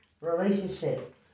relationship